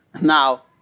Now